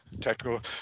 Technical